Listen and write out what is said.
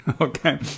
Okay